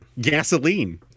Gasoline